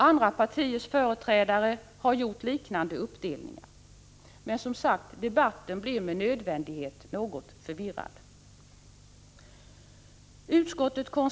Andra partiers företrädare har gjort liknande uppdelningar, men debatten blir med nödvändighet något förvirrad.